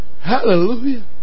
Hallelujah